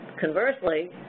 conversely